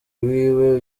wiwe